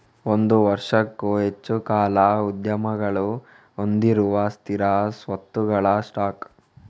ಒಂದು ವರ್ಷಕ್ಕೂ ಹೆಚ್ಚು ಕಾಲ ಉದ್ಯಮಗಳು ಹೊಂದಿರುವ ಸ್ಥಿರ ಸ್ವತ್ತುಗಳ ಸ್ಟಾಕ್